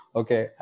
okay